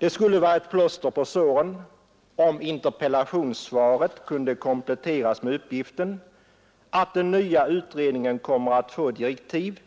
Det skulle vara ett plåster på såren om interpellationssvaret kunde kompletteras med uppgiften att den nya utredningen kommer att få direktiv